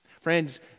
Friends